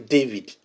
David